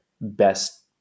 best